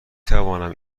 توانم